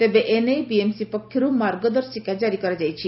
ତେବେ ଏନେଇ ବିଏମ୍ସି ପକ୍ଷରୁ ଏକ ମାର୍ଗଦର୍ଶିକା କାରି କରାଯାଇଛି